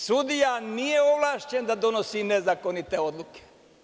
Sudija nije ovlašćen da donosi nezakonite odluke.